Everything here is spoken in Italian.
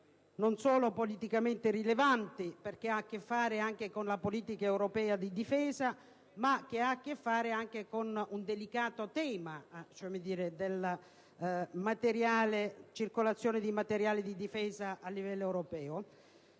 non solo politicamente, perché ha a che fare con la politica europea di difesa, ma anche perché tratta del delicato tema della circolazione dei materiali di difesa a livello europeo.